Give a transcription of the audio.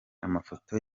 amafoto